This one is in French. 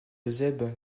eusèbe